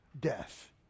death